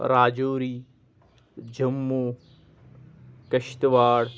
Rajouri Jammu Kishtwar